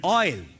oil